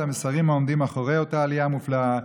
את המסרים העומדים מאחורי אותה עלייה מופלאה,